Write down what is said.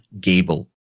Gable